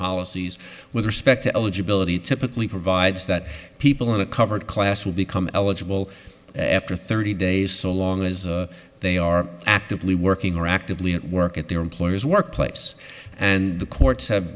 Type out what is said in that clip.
policies with respect to eligibility typically provides that people in a covered class will become eligible after thirty days so long as they are actively working or actively at work at their employer's workplace and the courts have